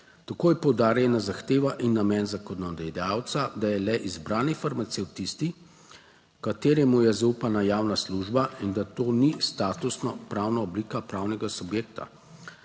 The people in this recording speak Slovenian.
Tako je poudarjena zahteva in namen zakonodajalca, da je le izbrani farmacevt tisti, kateremu je zaupana javna služba in da to ni statusno-pravna oblika pravnega subjekta.